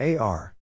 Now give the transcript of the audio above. AR